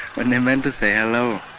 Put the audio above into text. and they meant to say, hello.